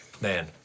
Man